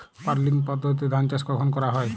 Puddling পদ্ধতিতে ধান চাষ কখন করা হয়?